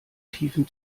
tiefen